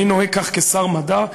אני נוהג כך כשר מדע.